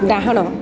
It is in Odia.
ଡାହାଣ